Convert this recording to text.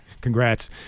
Congrats